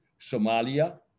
Somalia